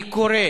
אני קורא